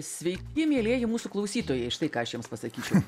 sveiki mielieji mūsų klausytojai štai ką aš jums pasakyčiau